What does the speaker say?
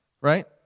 Right